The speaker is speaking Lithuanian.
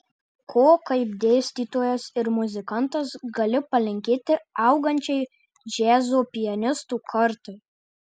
ko kaip dėstytojas ir muzikantas gali palinkėti augančiai džiazo pianistų kartai